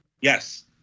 yes